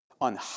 on